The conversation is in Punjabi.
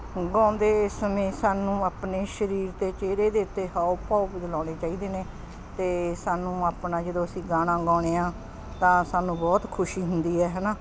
ਗਾਉਂਦੇ ਸਮੇਂ ਸਾਨੂੰ ਆਪਣੇ ਸਰੀਰ 'ਤੇ ਚਿਹਰੇ ਦੇ ਉੱਤੇ ਹਾਵ ਭਾਵ ਬਦਲਾਉਣੇ ਚਾਹੀਦੇ ਨੇ ਅਤੇ ਸਾਨੂੰ ਆਪਣਾ ਜਦੋਂ ਅਸੀਂ ਗਾਣਾ ਗਾਉਂਦੇ ਹਾਂ ਤਾਂ ਸਾਨੂੰ ਬਹੁਤ ਖੁਸ਼ੀ ਹੁੰਦੀ ਹੈ ਹੈ ਨਾ